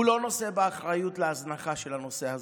הוא לא נושא באחריות להזנחה של הנושא הזה,